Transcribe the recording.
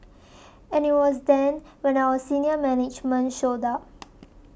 and it was then when our senior management showed up